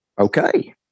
Okay